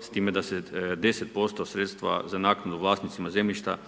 s time da se 10% sredstva za naknadu vlasnicima zemljišta